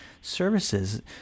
services